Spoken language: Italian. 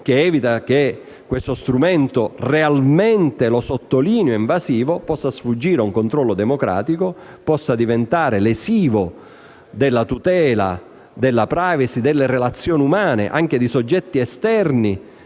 che evita che questo strumento realmente invasivo - lo sottolineo - possa sfuggire a un controllo democratico, diventando lesivo della tutela della *privacy* e delle relazioni umane anche di soggetti esterni